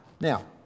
Now